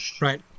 right